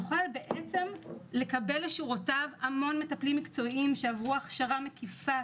הוא יוכל בעצם לקבל לשירותיו המון מטפלים מקצועיים שעברו הכשרה מקיפה,